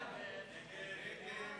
הצעת סיעות